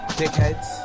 dickheads